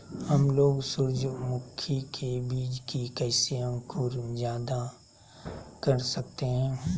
हमलोग सूरजमुखी के बिज की कैसे अंकुर जायदा कर सकते हैं?